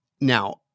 Now